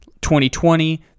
2020